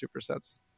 supersets